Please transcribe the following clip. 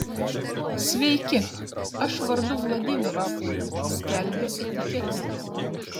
sveiki aš vardu vladimiras skelbia etiketė